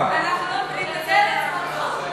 תנצל את זמנך.